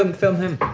um film him!